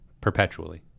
perpetually